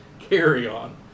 carry-on